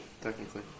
technically